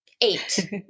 eight